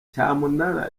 cyamunara